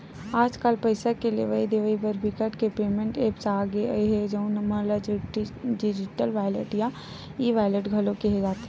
आजकल पइसा के लेवइ देवइ बर बिकट के पेमेंट ऐप्स आ गे हे जउन ल डिजिटल वॉलेट या ई वॉलेट घलो केहे जाथे